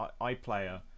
iPlayer